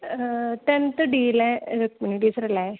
tenth ഡീലെ ടീച്ചറല്ലേ